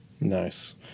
Nice